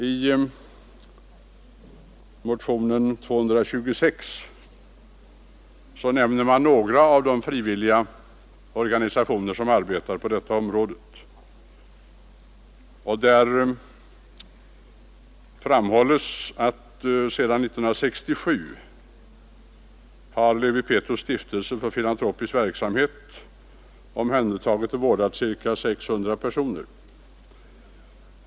I motionen 226 nämner motionärerna några av de frivilliga organisationer som arbetar på detta område. Man framhåller att Levi Pethrus' stiftelse för filantropisk verksamhet sedan 1967 på sina olika hem har omhändertagit och vårdat ca 600 personer.